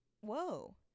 Whoa